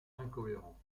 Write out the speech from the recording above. incohérent